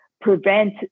prevent